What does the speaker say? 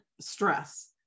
stress